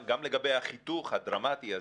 אבל גם לגבי החיתוך הדרמטי הזה,